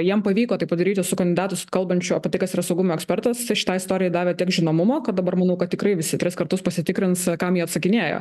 jam pavyko tai padaryti su kandidatu su kalbančiu apie tai kas yra saugumo ekspertas šitai istorijai davė tiek žinomumo kad dabar manau kad tikrai visi tris kartus pasitikrins kam jie atsakinėjo